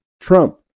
Trump